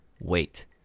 wait